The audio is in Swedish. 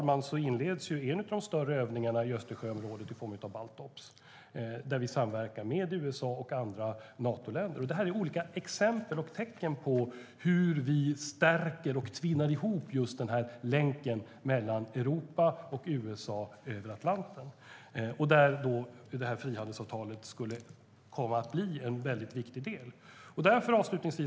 I dag inleds en av de större övningarna i Östersjöområdet, i form av Baltops. Där samverkar vi med USA och andra Natoländer. Det är olika exempel och tecken på hur vi stärker och tvinnar ihop länken över Atlanten mellan Europa och USA. Och där skulle frihandelsavtalet bli en viktig del. Herr talman!